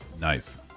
Nice